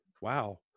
wow